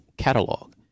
catalog